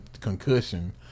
concussion